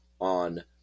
on